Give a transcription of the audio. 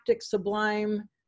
sublime